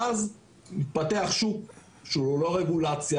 ואז מתפתח שוק שהוא ללא רגולציה,